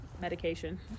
medication